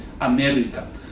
America